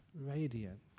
radiant